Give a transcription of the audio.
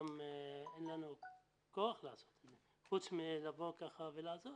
אין לנו כוח לעשות את זה חוץ מלבוא ולעזור.